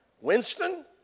Winston